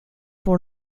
pour